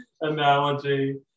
analogy